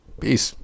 Peace